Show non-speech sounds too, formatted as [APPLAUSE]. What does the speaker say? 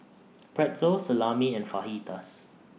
[NOISE] Pretzel Salami and Fajitas